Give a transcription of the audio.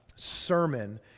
sermon